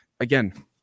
Again